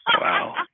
wow